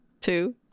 two